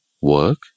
work